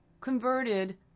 converted